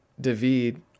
David